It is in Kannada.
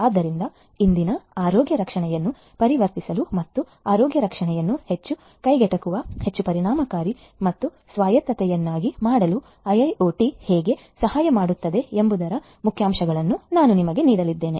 ಆದ್ದರಿಂದ ಇಂದಿನ ಆರೋಗ್ಯ ರಕ್ಷಣೆಯನ್ನು ಪರಿವರ್ತಿಸಲು ಮತ್ತು ಆರೋಗ್ಯ ರಕ್ಷಣೆಯನ್ನು ಹೆಚ್ಚು ಕೈಗೆಟುಕುವ ಹೆಚ್ಚು ಪರಿಣಾಮಕಾರಿ ಮತ್ತು ಹೆಚ್ಚು ಸ್ವಾಯತ್ತತೆಯನ್ನಾಗಿ ಮಾಡಲು ಐಐಒಟಿ ಹೇಗೆ ಸಹಾಯ ಮಾಡುತ್ತದೆ ಎಂಬುದರ ಮುಖ್ಯಾಂಶಗಳನ್ನು ನಾನು ನಿಮಗೆ ನೀಡಲಿದ್ದೇನೆ